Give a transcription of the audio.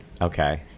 Okay